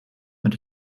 met